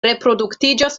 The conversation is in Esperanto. reproduktiĝas